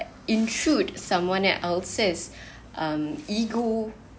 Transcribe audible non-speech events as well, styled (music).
intrude someone else's (breath) um ego